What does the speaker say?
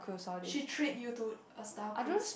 she treat you to a star cruise